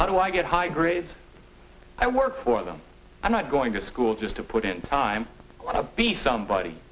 how do i get high grade i work for them i'm not going to school just to put in time i want to be somebody